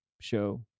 show